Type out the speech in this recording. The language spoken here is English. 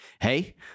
Hey